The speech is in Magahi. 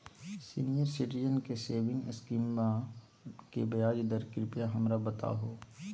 सीनियर सिटीजन के सेविंग स्कीमवा के ब्याज दर कृपया हमरा बताहो